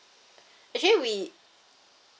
actually we